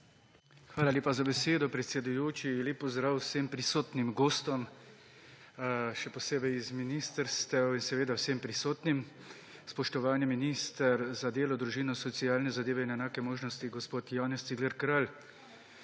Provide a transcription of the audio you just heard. Hvala lepa za besedo, predsedujoči. Lep pozdrav vsem prisotnim gostom, še posebej z ministrstev, in vsem prisotnim! Spoštovani minister za delo, družino, socialne zadeve in enake možnosti gospod Janez Cigler Kralj!